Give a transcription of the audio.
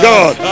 God